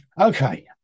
Okay